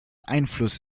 einfluss